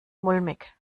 mulmig